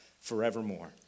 forevermore